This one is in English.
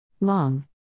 Long